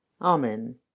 Amen